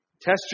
Test